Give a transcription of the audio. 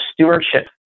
stewardship